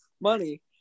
money